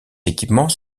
équipements